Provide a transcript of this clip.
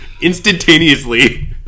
instantaneously